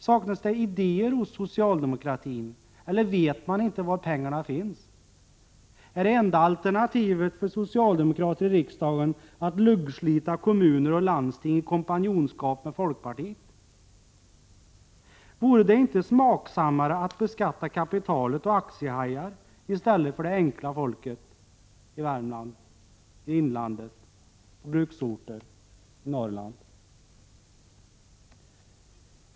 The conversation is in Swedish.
Saknas det idéer hos socialdemokratin eller vet man inte var pengarna finns? Är enda alternativet för socialdemokrater i riksdagen att luggslita kommuner och landsting i kompanjonskap med folkpartiet? Vore det inte smakfullare att beskatta kapitalet och aktiehajar i stället för det enkla folket i Värmland, i inlandet, på bruksorter, i Norrland?